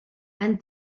han